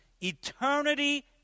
eternity